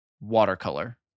watercolor